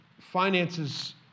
finances